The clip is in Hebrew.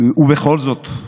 ובכל זאת,